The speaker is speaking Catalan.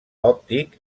òptic